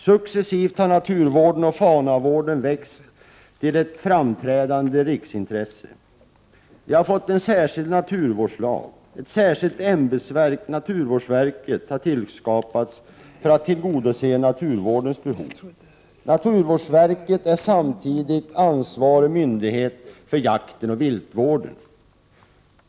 Successivt har naturvården och faunavården växt till ett framträdande riksintresse. Vi har fått en särskild naturvårdslag, och ett särskilt ämbetsverk, naturvårdsverket, har tillskapats för att tillgodose naturvårdens behov. Naturvårdsverket är samtidigt ansvarig myndighet för jakten och viltvården.